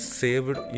saved